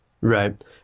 Right